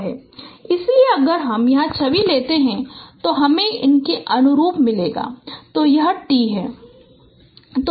इसलिए अगर हम यहां छवि लेते हैं तो हमें इसके अनुरूप मिलेगा तो यह t है